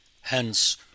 Hence